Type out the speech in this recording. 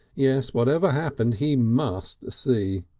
yes, whatever happened he must see.